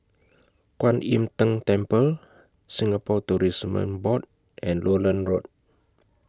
Kuan Im Tng Temple Singapore Tourism Board and Lowland Road